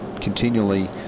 continually